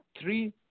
three